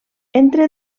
entre